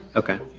okay.